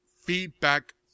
feedback